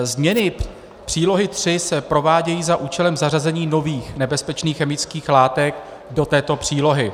Změny přílohy III se provádějí za účelem zařazení nových nebezpečných chemických látek do této přílohy.